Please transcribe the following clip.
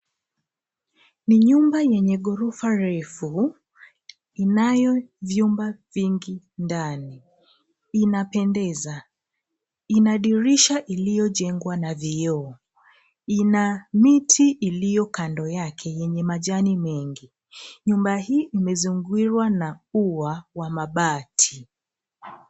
Ni nyumba yenye ghorofa refu inayo vyumba vingi ndani. Inapendeza. Ina dirisha iliyo jengwa na vioo. Ina miti iliyo kando yake yenye majani mengi. Nyumba hii imezingirwa na ua ya mabati